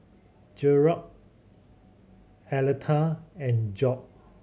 Gearld Aleta and Job